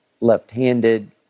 left-handed